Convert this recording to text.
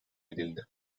edildi